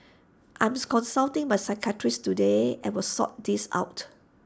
I'm consulting my psychiatrist today and will sort this out